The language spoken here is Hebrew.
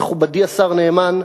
מכובדי השר נאמן,